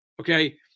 Okay